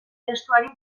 testuari